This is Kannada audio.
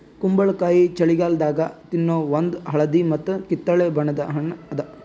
ಕುಂಬಳಕಾಯಿ ಛಳಿಗಾಲದಾಗ ತಿನ್ನೋ ಒಂದ್ ಹಳದಿ ಮತ್ತ್ ಕಿತ್ತಳೆ ಬಣ್ಣದ ಹಣ್ಣ್ ಅದಾ